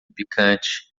picante